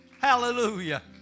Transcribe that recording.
Hallelujah